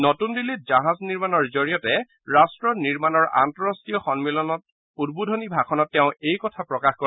নতুন দিল্লীত জাহাজ নিৰ্মাণৰ জৰিয়তে ৰাষ্ট্ৰ নিৰ্মাণৰ আন্তৰাষ্ট্ৰীয় সম্মিলনত উদ্বোধনী ভাষণত তেওঁ এইকথা প্ৰকাশ কৰে